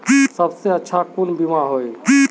सबसे अच्छा कुन बिमा होय?